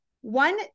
One